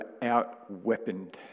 outweaponed